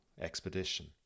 expedition